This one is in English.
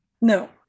No